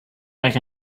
make